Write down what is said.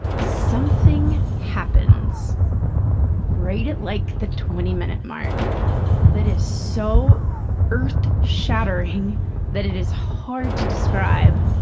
something happens right at, like, the twenty minute mark that is so earth-shattering that it is hard to describe.